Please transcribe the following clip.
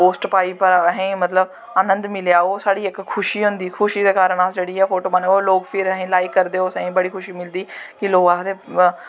एह् पोस्ट पाई भ्रावा असें मतलव अनंद मिलेआ ओह् साढ़ी इक खुशी होंदी खुशी दे कारण अस फोटो पान्ने फिर असें लाईक करदे फिर असें बड़ी खुशी मिलदी कि लोग आखदे